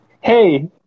Hey